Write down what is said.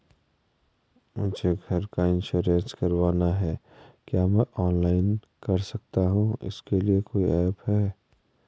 मुझे घर का इन्श्योरेंस करवाना है क्या मैं ऑनलाइन कर सकता हूँ इसके लिए कोई ऐप है?